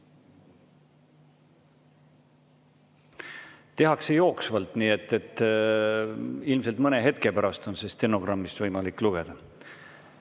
tehakse jooksvalt, nii et ilmselt mõne hetke pärast on seda stenogrammist võimalik lugeda.